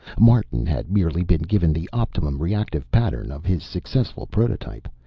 martin had merely been given the optimum reactive pattern of his successful prototype,